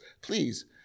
please